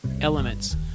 elements